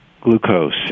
glucose